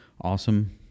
awesome